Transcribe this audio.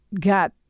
got